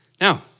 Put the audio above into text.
Now